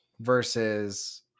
versus